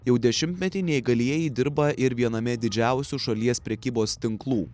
jau dešimtmetį neįgalieji dirba ir viename didžiausių šalies prekybos tinklų